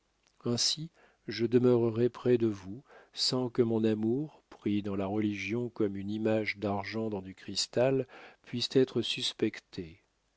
ainsi je demeurerai près de vous sans que mon amour pris dans la religion comme une image d'argent dans du cristal puisse être suspecté